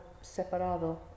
separado